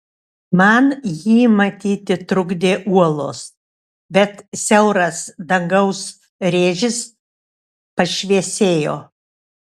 man jį matyti trukdė uolos bet siauras dangaus rėžis pašviesėjo